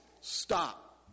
Stop